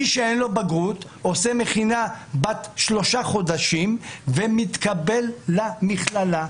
מי שאין לו בגרות עושה מכינה בת שלושה חודשים ומתקבל למכללה.